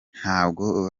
ntabwo